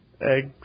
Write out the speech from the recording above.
Eggs